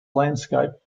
landscape